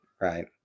Right